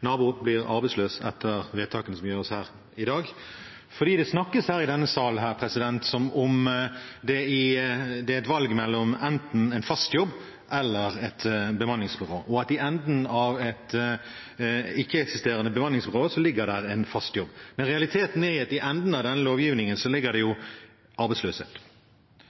nabo blir arbeidsløs etter vedtakene som gjøres her i dag. Det snakkes i denne sal som om det er et valg mellom enten en fast jobb eller et bemanningsbyrå, og at det i enden av et ikke-eksisterende bemanningsbyrå ligger en fast jobb. Realiteten er at det i enden av den lovgivningen ligger arbeidsløshet. Det